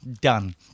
done